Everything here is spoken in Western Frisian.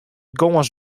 gâns